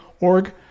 org